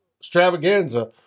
extravaganza